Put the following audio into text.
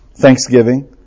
thanksgiving